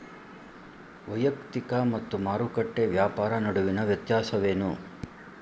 ವೈಯಕ್ತಿಕ ಮತ್ತು ಮಾರುಕಟ್ಟೆ ವ್ಯಾಪಾರ ನಡುವಿನ ವ್ಯತ್ಯಾಸವೇನು?